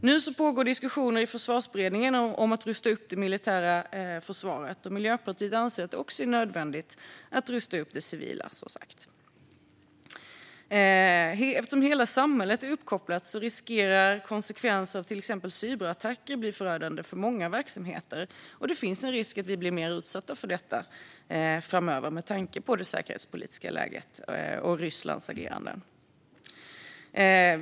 Nu pågår diskussioner i Försvarsberedningen om att rusta upp det militära försvaret. Miljöpartiet anser att det är nödvändigt att också rusta upp det civila försvaret. Eftersom hela samhället är uppkopplat riskerar konsekvenserna av till exempel cyberattacker att bli förödande för många verksamheter. Det finns en risk för att vi blir mer utsatta för detta framöver med tanke på det säkerhetspolitiska läget och Rysslands agerande.